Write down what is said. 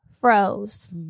froze